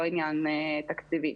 לא עניין תקציבי,